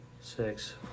six